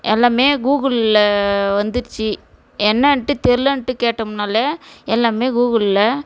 எல்லாமே கூகுளில் வந்துருச்சு என்னன்ட்டு தெரியலன்ட்டு கேட்டோம்னாலே எல்லாமே கூகுளில்